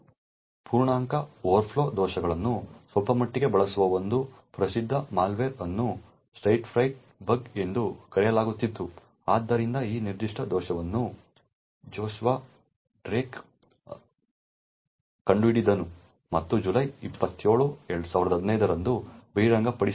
ಪೂರ್ಣಾಂಕ ಓವರ್ಫ್ಲೋ ದೋಷಗಳನ್ನು ಸ್ವಲ್ಪಮಟ್ಟಿಗೆ ಬಳಸುವ ಒಂದು ಪ್ರಸಿದ್ಧ ಮಾಲ್ವೇರ್ ಅನ್ನು ಸ್ಟೇಜ್ಫ್ರೈಟ್ ಬಗ್ ಎಂದು ಕರೆಯಲಾಗುತ್ತಿತ್ತು ಆದ್ದರಿಂದ ಈ ನಿರ್ದಿಷ್ಟ ದೋಷವನ್ನು ಜೋಶುವಾ ಡ್ರೇಕ್ ಕಂಡುಹಿಡಿದನು ಮತ್ತು ಜುಲೈ 27 2015 ರಂದು ಬಹಿರಂಗಪಡಿಸಲಾಯಿತು